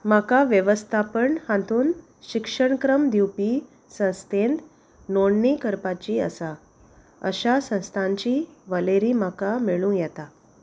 म्हाका वेवस्थापन हातूंत शिक्षणक्रम दिवपी संस्थेंत नोंदणी करपाची आसा अशा संस्थांची वळेरी म्हाका मेळूं येता